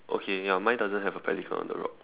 okay ya mine doesn't have a pelican on the rock